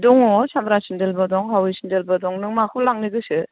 दङ सामब्रा सेन्देलबो दं हावै सेन्देलबो दं नों माखौ लांनो गोसो